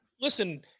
listen